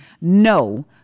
no